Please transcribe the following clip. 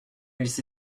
laissé